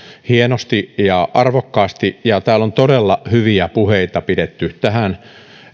hienosti ja arvokkaasti täällä on todella hyviä puheita pidetty tähän